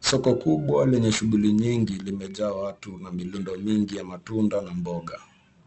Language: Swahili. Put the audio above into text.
Soko kubwa lenye shughuli nyingi limejaa watu, na milundo mingi ya matunda na mboga .